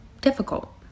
difficult